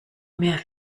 mehr